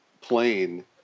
plane